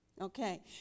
Okay